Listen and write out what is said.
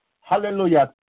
hallelujah